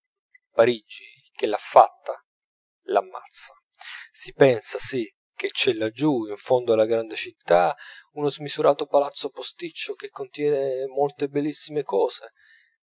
parigi che l'ha fatta l'ammazza si pensa sì che c'è laggiù in fondo alla grande città uno smisurato palazzo posticcio che contiene molte bellissime cose